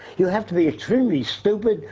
you have to be extremely stupid,